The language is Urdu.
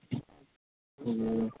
اور